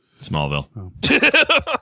Smallville